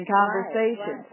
conversation